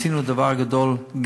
עשינו דבר גדול,